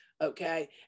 okay